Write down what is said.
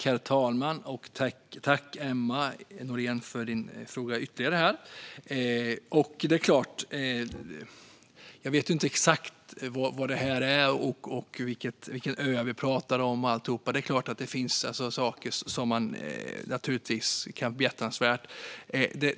Herr talman! Jag tackar för Emma Nohréns fråga. Jag vet inte exakt vad det är fråga om, vilka öar vi pratar om. Det är klart att det finns saker som kan vara behjärtansvärda.